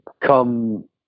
come